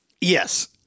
Yes